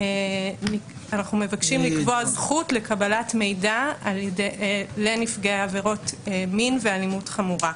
אנחנו מבקשים לקבוע זכות לקבלת מידע לנפגעי עבירות מין ואלימות חמורה.